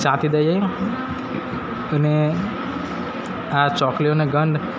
છાંટી દઈએ અને આ ચોકલીઓને ગંધ